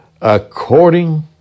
according